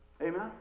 amen